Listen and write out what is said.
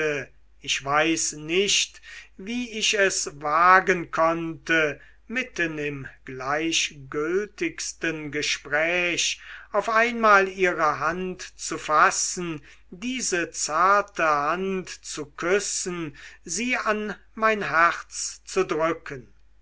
ich weiß nicht wie ich es wagen konnte mitten im gleichgültigsten gespräch auf einmal ihre hand zu fassen diese zarte hand zu küssen sie an mein herz zu drücken